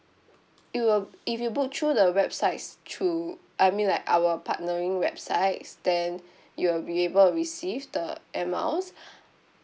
you will if you book through the websites through I mean like our partnering websites then you'll be able to receive the air miles